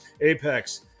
Apex